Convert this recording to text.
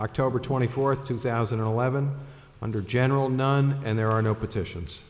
october twenty fourth two thousand and eleven under general non and there are no petitions